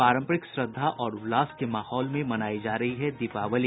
पारंपरिक श्रद्धा और उल्लास के माहौल में मनायी जा रही है दीपावली